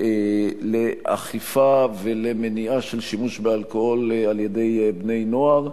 לאכיפה ולמניעה של שימוש באלכוהול על-ידי בני-נוער.